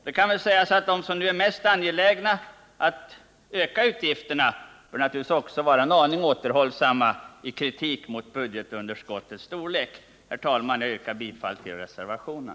Det kan sägas att de som nu är mest angelägna om att öka utgifterna också bör vara en aning återhållsamma i sin kritik mot budgetunderskottets storlek. Herr talman! Jag yrkar bifall till reservationen.